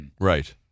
Right